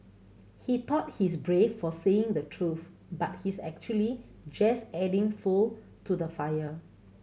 he thought he's brave for saying the truth but he's actually just adding fuel to the fire